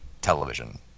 television